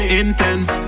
intense